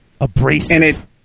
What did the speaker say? abrasive